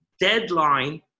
deadline